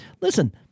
Listen